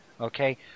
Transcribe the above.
okay